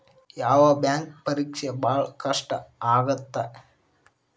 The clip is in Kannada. ಯಾವ್ ಬ್ಯಾಂಕ್ ಪರೇಕ್ಷೆ ಭಾಳ್ ಕಷ್ಟ ಆಗತ್ತಾ?